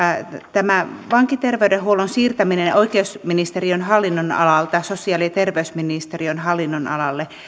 tämä vankiterveydenhuollon siirtäminen oikeusministeriön hallinnonalalta sosiaali ja terveysministeriön hallinnonalalle